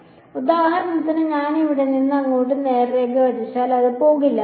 അതിനാൽ ഉദാഹരണത്തിന് ഞാൻ ഇവിടെ നിന്ന് ഇങ്ങോട്ട് നേർരേഖ വരച്ചാൽ അത് പോകില്ല